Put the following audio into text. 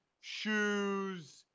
shoes